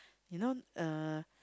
you know uh